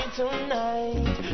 tonight